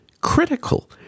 critical